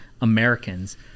Americans